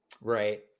right